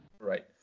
Right